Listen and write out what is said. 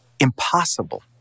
impossible